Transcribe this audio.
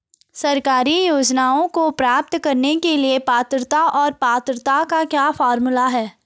सरकारी योजनाओं को प्राप्त करने के लिए पात्रता और पात्रता का क्या फार्मूला है?